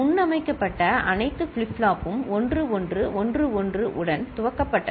முன்னமைக்கப்பட்ட அனைத்து பிளிப்ஃப்ளாப்பும் 1 1 1 1 உடன் துவக்கப்பட்டன